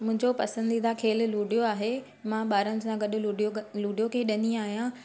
मुंजो पसंदीदा खेलु लुडियो आहे मां ॿारनि सां गॾु लुडियो लुडियो खेॾंदी आहियां